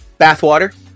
Bathwater